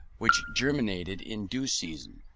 which germinated in due season.